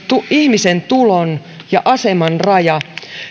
ihmisen tulon ja aseman raja